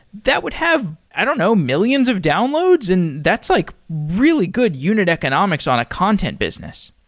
that would have i don't know, millions of downloads, and that's like really good unit economics on a content business.